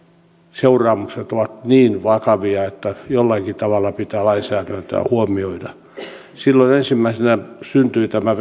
seuraamukset ovat niin vakavia että jollakin tavalla pitää lainsäädäntöä huomioida silloin ensimmäisenä syntyi tämä